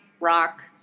rock